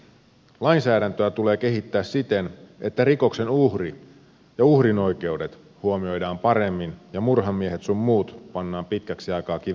lainsäädäntöä tulee kehittää siten että rikoksen uhri ja uhrin oikeudet huomioidaan paremmin ja murhamiehet sun muut pannaan pitkäksi aikaa kiven sisään